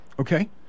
Okay